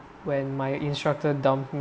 when my instructor dumped me